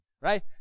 right